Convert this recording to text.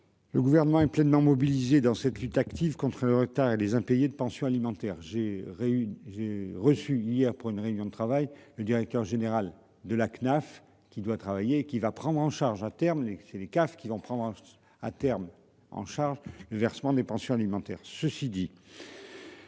Le gouvernement est pleinement mobilisé dans cette lutte active contre retard et les impayés de pensions alimentaires. J'ai réussi, j'ai reçu hier pour une réunion de travail. Le directeur général de la CNAF qui doit travailler qui va prendre en charge à terme les c'est la CAF qui vont prendra à terme en charge le versement des pensions alimentaires.